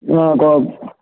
நான் கோ